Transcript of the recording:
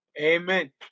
Amen